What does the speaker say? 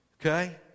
Okay